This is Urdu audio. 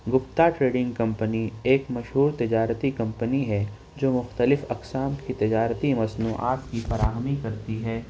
گپتا ٹریڈنگ کمپنی ایک مشہور تجارتی کمپنی ہے جو مختلف اقسام کی تجارتی مصنوعات کی فراہمی کرتی ہے